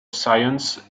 sciences